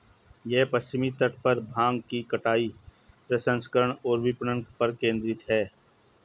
यह पश्चिमी तट पर भांग की कटाई, प्रसंस्करण और विपणन पर केंद्रित है